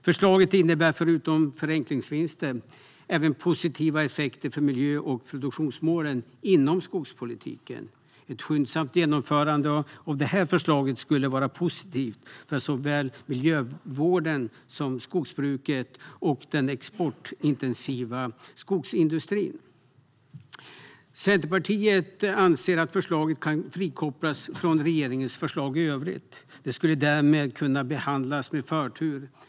Förslaget innebär förutom förenklingsvinster även positiva effekter för miljö och produktionsmålen inom skogspolitiken. Ett skyndsamt genomförande av detta förslag skulle vara positivt för såväl miljövården som skogsbruket och den exportintensiva skogsindustrin. Centerpartiet anser att förslaget kan frikopplas från regeringens förslag i övrigt. Det skulle därmed kunna behandlas med förtur.